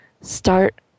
start